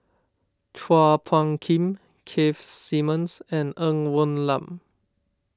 Chua Phung Kim Keith Simmons and Ng Woon Lam